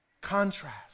contrast